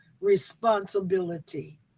responsibility